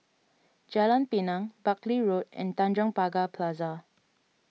Jalan Pinang Buckley Road and Tanjong Pagar Plaza